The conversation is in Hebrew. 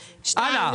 הלאה.